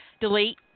Delete